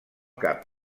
cap